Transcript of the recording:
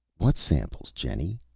what samples, jenny?